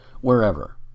wherever